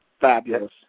Fabulous